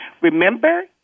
Remember